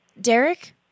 Derek